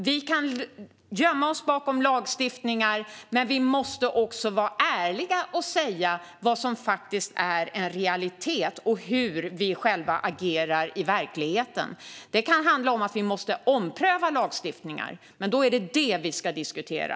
Vi kan gömma oss bakom lagstiftningar, men vi måste också vara ärliga och säga vad som faktiskt är en realitet och hur vi själva agerar i verkligheten. Det kan handla om att vi måste ompröva lagstiftningar, men då anser jag att det är det vi ska diskutera.